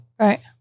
Right